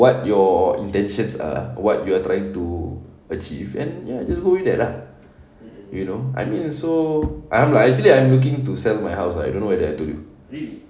what your intentions are what you are trying to achieve and ya just hold it that ah you know I mean also I'm like actually I'm looking to sell my house lah I don't know whether I told you